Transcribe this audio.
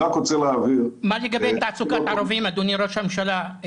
מה לגבי תעסוקת ערבים, אדוני ראש הממשלה?